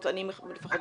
הפקחים?